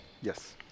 Yes